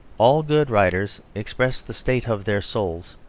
all good writers express the state of their souls,